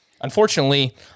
Unfortunately